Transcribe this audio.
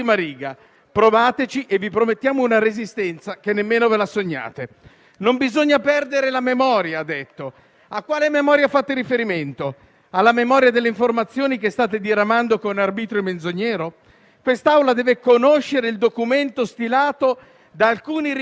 A quella delle informazioni che state diramando con arbitrio menzognero? Quest'Assemblea deve conoscere il documento stilato da alcuni ricercatori indipendenti dell'OMS che il vostro compare Ranieri Guerra ha fatto togliere di mezzo, come ha chiaramente provato la trasmissione «Report».